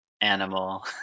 animal